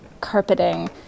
carpeting